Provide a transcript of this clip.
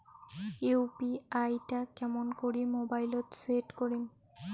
UPI টা কেমন করি মোবাইলত সেট করিম?